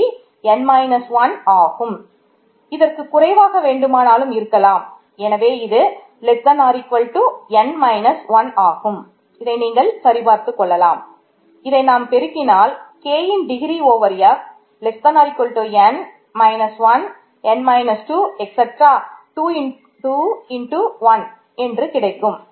1 என்று கிடைக்கும்